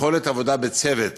יכולת עבודה בצוות